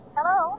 Hello